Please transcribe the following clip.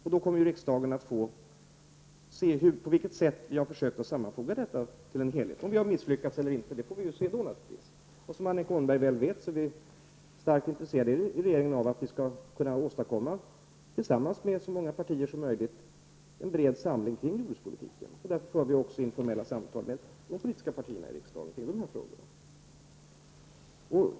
Då kommer ju riksdagen att få se på vilket sätt vi har försökt sammanfatta detta till en helhet. Om vi har misslyckats eller inte, det får vi naturligtvis se då. Som Annika Åhnberg väl vet är vi i regeringen starkt intresserade av att tillsammans med så många partier som möjligt kunna åstadkomma en bred samling kring jordbrukspolitiken. Därför för vi också informella samtal med de politiska partierna i riksdagen kring dessa frågor.